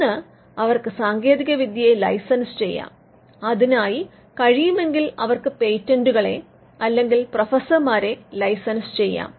ഒന്ന് അവർക്ക് സാങ്കേതിക വിദ്യയെ ലൈസൻസ് ചെയ്യാം അതിനായി കഴിയുമെങ്കിൽ അവർക്ക് പേറ്റന്റ്റുകളെ അല്ലെങ്കിൽ പ്രൊഫസർമാരെ ലൈസൻസ് ചെയ്യാം